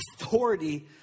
authority